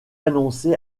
annoncée